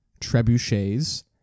trebuchets